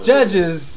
Judges